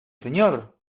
señor